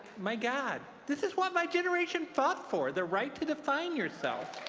my god. this is what my generation fought for, the right to define yourself.